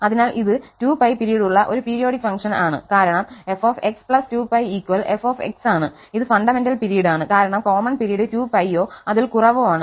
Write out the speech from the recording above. അതിനാൽ ഇത് 2π പിരീഡുള്ള ഒരു പീരിയോഡിക് ഫംഗ്ഷൻ ആണ് കാരണം fx 2π f ആണ് ഇത് ഫണ്ടമെന്റൽ പിരീഡാണ് കാരണം കോമൺ പിരീഡ് 2π യോ അതിൽ കുറവോ ആണ്